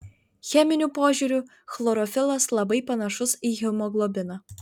cheminiu požiūriu chlorofilas labai panašus į hemoglobiną